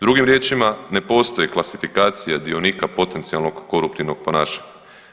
Drugim riječima, ne postoji klasifikacija dionika potencijalnog koruptivnog ponašanja.